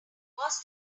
was